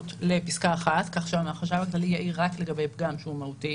ל- מפסקה (1) כך שהחשב הכללי יעיר רק לגבי פגם שהוא מהותי.